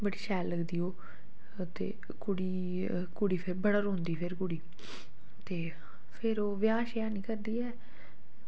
बड़ी शैल लगदी ओह् ते कुड़ी कुड़ी बड़ा रोंदी फिर कुड़ी ते फिर ओह् ब्याह् निं करदी ऐ